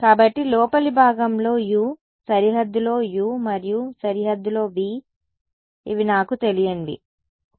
కాబట్టి లోపలి భాగంలో u సరిహద్దులో u మరియు సరిహద్దులో v ఇవి నాకు తెలియనివి